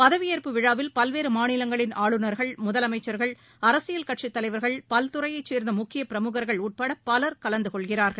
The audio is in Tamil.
பதவியேற்பு விழாவில் பல்வேறு மாநிலங்களின் ஆளுநர்கள் முதலமைச்சர்கள் அரசியல் கட்சித்தலைவர்கள் பல்துறைகளைச் சேர்ந்த முக்கிய பிரமுகர்கள் உட்பட பலர் கலந்து கொள்கிறார்கள்